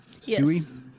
Stewie